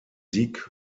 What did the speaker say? sieg